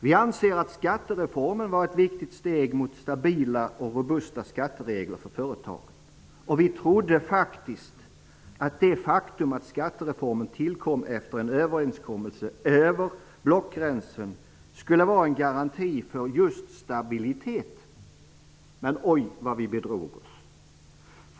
Vi anser att skattereformen var ett viktigt steg mot stabila och robusta skatteregler för företagen. Vi trodde faktiskt att det faktum att skattereformen tillkom efter en överenskommelse över blockgränsen skulle vara en garanti för just stabilitet, men oj, vad vi bedrog oss.